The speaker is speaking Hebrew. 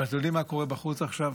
אבל אתם יודעים מה קורה בחוץ עכשיו?